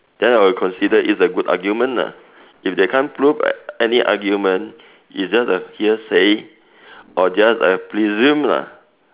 then I will considered is a good argument lah if they can't prove any argument is just a hearsay or just a presume lah